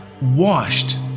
washed